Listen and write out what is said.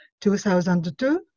2002